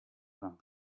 from